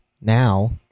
Now